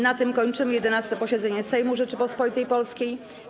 Na tym kończymy 11. posiedzenie Sejmu Rzeczypospolitej Polskiej.